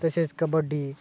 तसेच कबड्डी